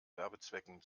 werbezwecken